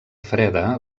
freda